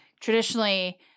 traditionally